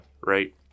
Right